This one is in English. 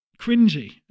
cringy